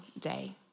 day